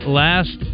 last